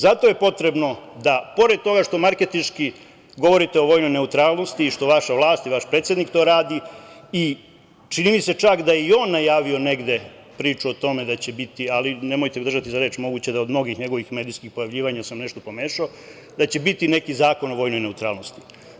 Zato je potrebno da, pored toga što marketinški govorite o vojnoj neutralnosti i što vaša vlast i vaš predsednik to radi i, čini mi se čak da je i on najavio negde priču o tome da će biti, ali nemojte me držati za reč, moguće da od mnogih njegovih medijskih pojavljivanja sam nešto pomešao, da će biti neki zakon o vojnoj neutralnosti.